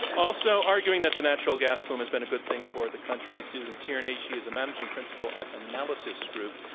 also arguing that the natural gas boom has been a good thing for the country is susan tierney. she is the managing principal at analysis group,